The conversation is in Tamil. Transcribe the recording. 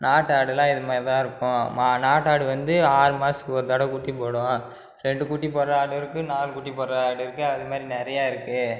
நாட்டு ஆடுலாம் இது மாதிரி தான் இருக்கும் மா நாட்டாடு வந்து ஆறு மாசத்துக்கு ஒரு தடவை குட்டி போடும் ரெண்டு குட்டி போடுகிற ஆடு இருக்குது நாலு குட்டி போடுகிற ஆடு இருக்குது அது மாதிரி நிறையா இருக்குது